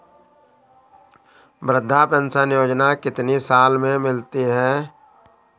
वृद्धा पेंशन योजना कितनी साल से मिलती है?